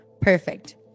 perfect